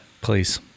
Please